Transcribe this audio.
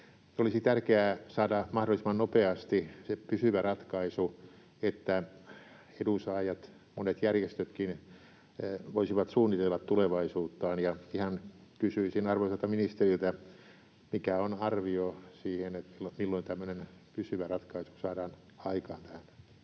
Olisi tärkeää saada mahdollisimman nopeasti se pysyvä ratkaisu, niin että edunsaajat, monet järjestötkin, voisivat suunnitella tulevaisuuttaan. Ihan kysyisin arvoisalta ministeriltä: mikä on arvio siihen, milloin tämmöinen pysyvä ratkaisu saadaan aikaan tähän